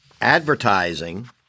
advertising